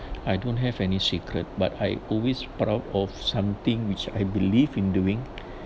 I don't have any secret but I always proud of something which I believe in doing